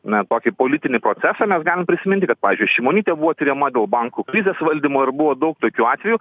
na tokį politinį procesą mes galim prisiminti kad pavyzdžiui šimonytė buvo tiriama dėl bankų krizės valdymo ir buvo daug tokių atvejų